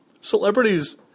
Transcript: Celebrities